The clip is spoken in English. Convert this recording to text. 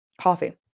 Coffee